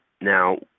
Now